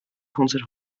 concert